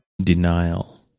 denial